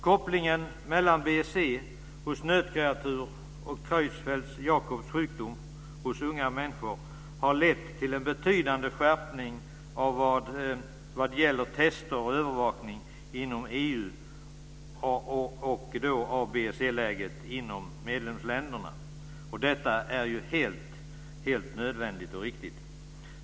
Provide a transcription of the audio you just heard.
Kopplingen mellan BSE hos nötkreatur och Creutzfeldt-Jakobs sjukdom hos unga människor har lett till en betydande skärpning när det gäller test och övervakning inom EU och av BSE läget inom medlemsländerna. Detta är helt nödvändigt och riktigt.